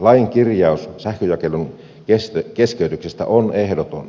lain kirjaus sähkönjakelun keskeytyksistä on ehdoton